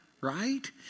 Right